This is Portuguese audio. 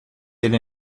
ele